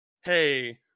hey